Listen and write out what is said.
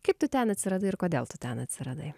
kaip tu ten atsiradai ir kodėl tu ten atsiradai